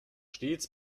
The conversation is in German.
stets